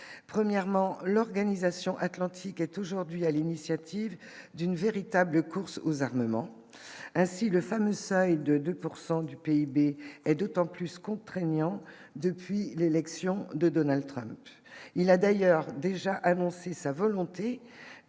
premièrement l'organisation Atlantique est aujourd'hui à l'initiative d'une véritable course aux armements ainsi le fameux seuil de 2 pourcent du PIB est d'autant plus contraignant depuis l'élection de Donald Trump il a d'ailleurs déjà annoncé sa volonté